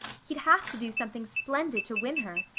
he'd have to do something splendid to win her.